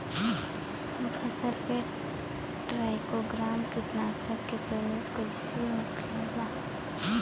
फसल पे ट्राइको ग्राम कीटनाशक के प्रयोग कइसे होखेला?